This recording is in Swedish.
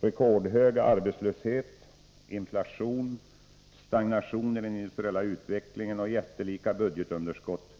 Rekordhög arbetslöshet, inflation, stagnation i den industriella utvecklingen och jättelika budgetunderskott